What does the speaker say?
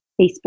Facebook